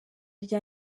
rya